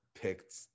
picked